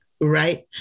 right